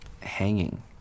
hanging